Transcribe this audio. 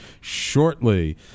shortly